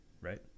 right